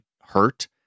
hurt